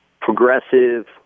progressive